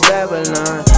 Babylon